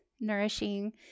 nourishing